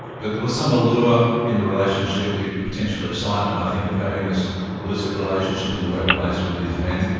but there was some allure in the relationship, the the potential excitement i think of having this illicit relationship in the workplace with these men.